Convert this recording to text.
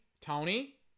Tony